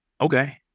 okay